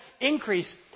increase